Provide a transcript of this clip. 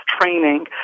training